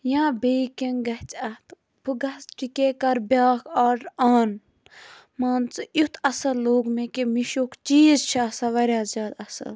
یا بیٚیہِ کینٛہہ گَژھِ اَتھ تہٕ بہٕ گَژھٕ ٹٕکے کرٕ بیاکھ آرڈَر آن مان ژٕ یُتھ اصل لوٚگ مےٚ کہِ میٖشُک چیٖز چھُ آسان واریاہ زیادٕ اصل